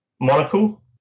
monocle